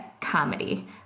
comedy